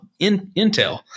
intel